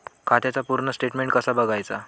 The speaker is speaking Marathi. खात्याचा पूर्ण स्टेटमेट कसा बगायचा?